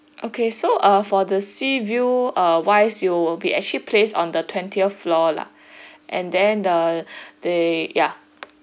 okay so uh for the sea view err wise you will be actually placed on the twentieth floor lah and then the the ya